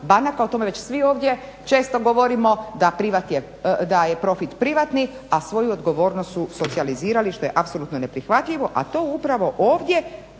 banaka? O tome već svi ovdje često govorimo da je profit privatni a svoju odgovornost su socijalizirali što je apsolutno neprihvatljivo, a to upravo ovdje